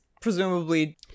presumably